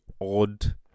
odd